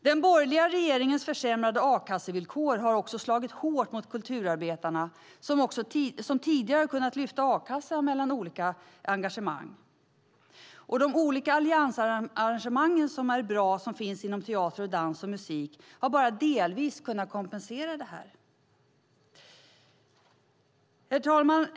Den borgerliga regeringens försämrade a-kassevillkor har slagit hårt mot kulturarbetare som tidigare har kunnat lyfta a-kassa mellan olika engagemang. De olika alliansarrangemangen, som är bra och som finns inom teater, dans och musik, har bara delvis kunnat kompensera detta. Herr talman!